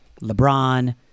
LeBron